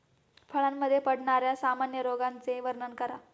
फळांमध्ये पडणाऱ्या सामान्य रोगांचे वर्णन करा